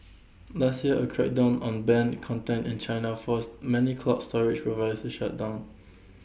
last year A crackdown on banned content in China forced many cloud storage providers to shut down